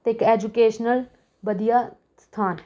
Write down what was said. ਅਤੇ ਇੱਕ ਐਜੂਕੇਸ਼ਨਲ ਵਧੀਆ ਸਥਾਨ ਹੈ